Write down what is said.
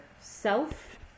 self